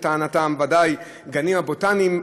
בוודאי הגנים הבוטניים,